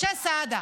משה סעדה,